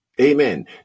Amen